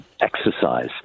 exercise